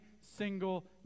single